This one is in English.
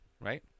Right